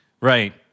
Right